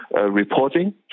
reporting